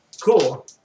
Cool